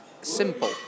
simple